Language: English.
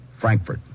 Frankfurt